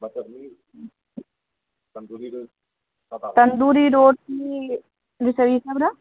तन्दूरी रोटी ई सभ रऽ